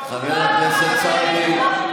חבר הכנסת סעדי,